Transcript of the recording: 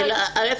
א',